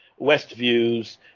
Westview's